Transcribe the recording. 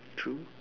true